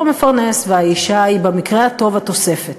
המפרנס והאישה היא במקרה הטוב התוספת.